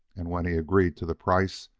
and when he agreed to the price,